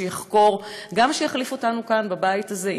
שיחקור וגם שיחליף אותנו כאן בבית הזה,